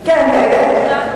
כל החברות הגדולות,